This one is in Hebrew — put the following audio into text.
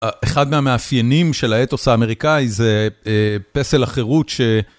אחד מהמאפיינים של האתוס האמריקאי זה פסל החירות ש...